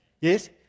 Yes